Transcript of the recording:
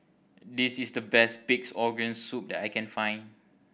this is the best Pig's Organ Soup that I can find